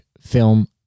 film